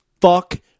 fuck